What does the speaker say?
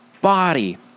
body